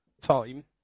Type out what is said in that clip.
time